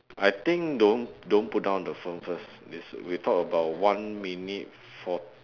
I think don't don't put down the phone first we talk about one minute for~